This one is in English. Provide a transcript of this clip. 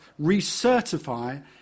recertify